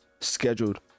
scheduled